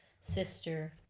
sister